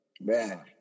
man